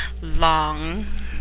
long